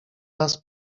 raz